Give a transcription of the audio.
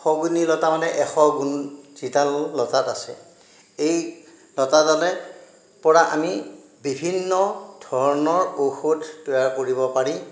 শগুনি লতা মানে এশ গুণ যিডাল লতাত আছে এই লতাডালে পৰা আমি বিভিন্ন ধৰণৰ ঔষধ তৈয়াৰ কৰিব পাৰি